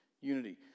unity